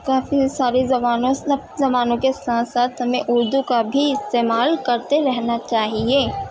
کافی ساری زبانیں زبانوں کے ساتھ ساتھ ہمیں اردو کا بھی استعمال کرتے رہنا چاہیے